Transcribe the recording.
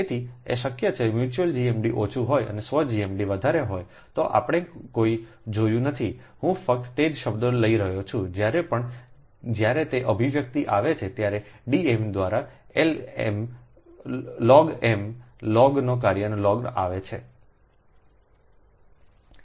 તેથી આ શક્ય છે જો મ્યુચ્યુઅલ GMD ઓછું હોય અને સ્વ GMD વધારે હોય તો આપણે કોઈ જોયું નથી હું ફક્ત તે જ શબ્દ લઈ રહ્યો છું જ્યારે પણ જ્યારે તે અભિવ્યક્તિ આવે છે ત્યારે D m દ્વારા લ mગ લોગના કાર્યનો log આવે છે